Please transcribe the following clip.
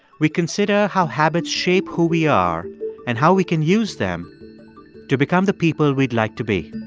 we consider how habits shape who we are and how we can use them to become the people we'd like to be